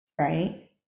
right